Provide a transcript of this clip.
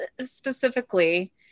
specifically